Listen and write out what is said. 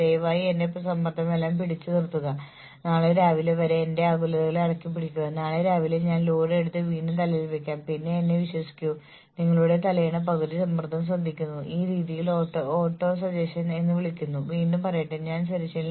വിശാലമായ human resource management സിസ്റ്റത്തിന്റെ ഭാഗമായി നിങ്ങൾക്ക് പെർഫോമൻസിനായി വേതനം ഉപയോഗിക്കാം പ്രകടനം ഒരു മാറ്റമുണ്ടാക്കുമെന്ന വിശ്വാസം പ്രോത്സാഹിപ്പിക്കാൻ നിങ്ങൾക്ക് ജീവനക്കാരുടെ വിശ്വാസം വളർത്തിയെടുക്കാൻ കഴിയും